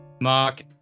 Mark